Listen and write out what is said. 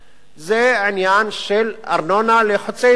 זה העניין של ארנונה על חוצה-ישראל.